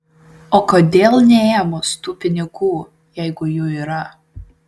o kodėl neėmus tų pinigų jeigu jų yra